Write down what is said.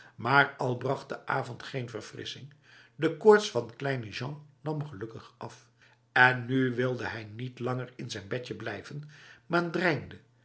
maar al bracht de avond geen verfrissing de koorts van kleine jean nam gelukkig af en nu wilde hij niet langer in zijn bedje blijven maar dreinde